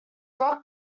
rock